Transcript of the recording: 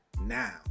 now